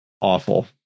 awful